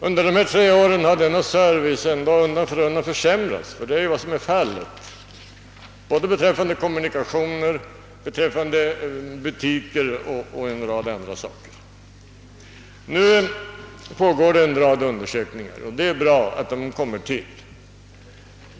Under dessa tre år har servicen undan för undan försämrats både beträffande kommunikationer, butiker och en hel del andra saker. Det pågår nu flera utredningar, och det är bra att dessa igångsatts.